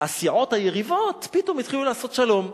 הסיעות היריבות פתאום התחילו לעשות שלום.